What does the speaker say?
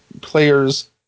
players